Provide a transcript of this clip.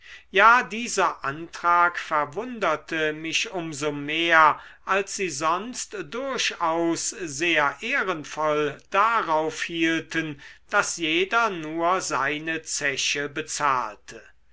ja dieser antrag verwunderte mich um so mehr als sie sonst durchaus sehr ehrenvoll darauf hielten daß jeder nur seine zeche bezahlte